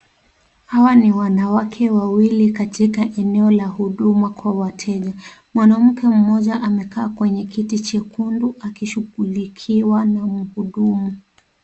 Hawa ni wanawake wawili katika eneo la huduma kwa wateja. Mwanamke mmoja amekaa kwenye kiti jekundu akishughulikiwa na mhudumu.